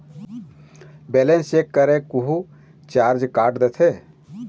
Balance check करें कुछू charge काट देथे?